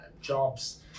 jobs